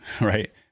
right